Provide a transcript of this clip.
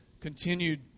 continued